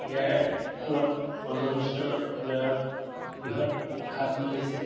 ইয়াৰ ফলত অ'জন স্তৰ লেয়াৰত বৃহৎ ফাট মেলিছে